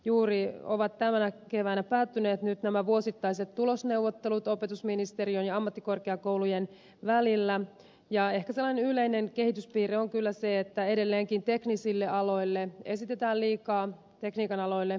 juuri ovat tänä keväänä päättyneet nyt nämä vuosittaiset tulosneuvottelut opetusministeriön ja ammattikorkeakoulujen välillä ja ehkä sellainen yleinen kehityspiirre on kyllä se että edelleenkin tekniikan aloille esitetään liikaa koulutuspaikkoja